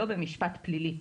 לא במשפט פלילי.